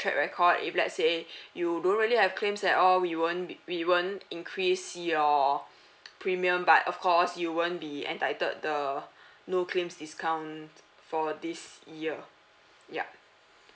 track record if let's say you don't really have claims at all we won't be we won't increase your premium but of course you won't be entitled the no claims discount for this year yeah